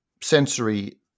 sensory